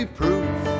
proof